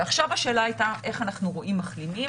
ועכשיו השאלה הייתה איך אנחנו רואים מחלימים